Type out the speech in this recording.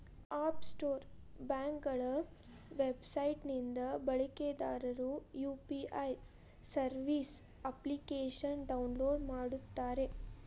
app store ಬ್ಯಾಂಕ್ಗಳ website ನಿಂದ ಬಳಕೆದಾರರು ಯು.ಪಿ.ಐ ಸರ್ವಿಸ್ ಅಪ್ಲಿಕೇಶನ್ನ ಡೌನ್ಲೋಡ್ ಮಾಡುತ್ತಾರೆ